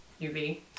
UV